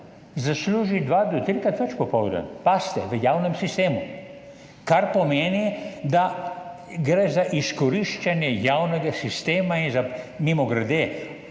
zasluži dva do trikrat več popoldan, pazite, v javnem sistemu, kar pomeni, da gre za izkoriščanje javnega sistema. Mimogrede,